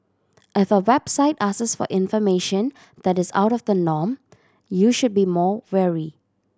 if a website asks for information that is out of the norm you should be more wary